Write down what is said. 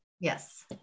Yes